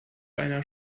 einer